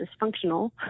dysfunctional